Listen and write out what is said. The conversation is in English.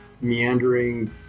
meandering